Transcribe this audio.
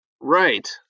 Right